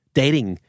dating